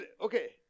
okay